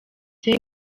twese